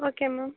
okay ma'am